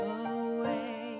away